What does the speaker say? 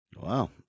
Wow